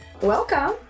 Welcome